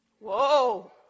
Whoa